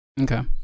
Okay